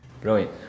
brilliant